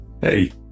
Hey